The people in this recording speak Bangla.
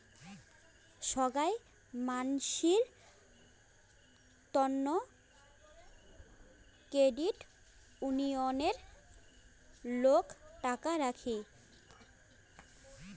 সোগাই মানসির তন্ন ক্রেডিট উনিয়ণে লোক টাকা রাখি